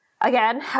again